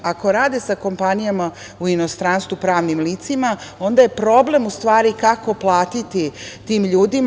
Ako rade sa kompanijama u inostranstvu, pravnim licima, onda je problem kako platiti tim ljudima.